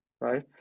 right